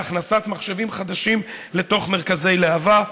להכנסת מחשבים חדשים לתוך מרכזי להב"ה,